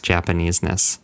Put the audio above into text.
Japanese-ness